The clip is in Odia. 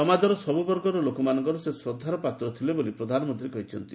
ସମାଜର ସବୁବର୍ଗର ଲୋକମାନଙ୍କର ସେ ଶ୍ରଦ୍ଧାର ପାତ୍ର ଥିଲେ ବୋଲି ପ୍ରଧାନମନ୍ତ୍ରୀ କହିଛନ୍ତି